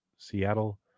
Seattle